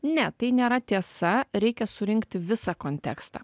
ne tai nėra tiesa reikia surinkti visą kontekstą